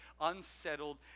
unsettled